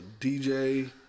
DJ